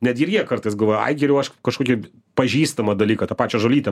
netgi ir jie kartais galvoja ai geriau aš kažkokį pažįstamą dalyką tą pačią žolytę